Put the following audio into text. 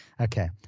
okay